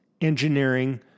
engineering